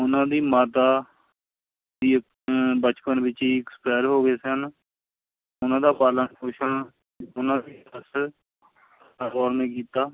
ਉਹਨਾਂ ਦੀ ਮਾਤਾ ਦੀ ਬਚਪਨ ਵਿੱਚ ਹੀ ਐਕਸਪਾਇਰ ਹੋ ਗਏ ਸਨ ਉਹਨਾਂ ਦਾ ਪਾਲਣ ਪੋਸ਼ਣ ਉਹਨਾਂ ਦੀ ਸੱਸ ਸਦਾ ਕੌਰ ਨੇ ਕੀਤਾ